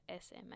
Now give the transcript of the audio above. SMA